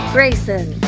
Grayson